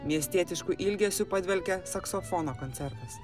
miestietišku ilgesiu padvelkia saksofono koncertas